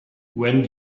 when